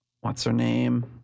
What's-Her-Name